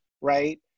right